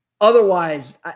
otherwise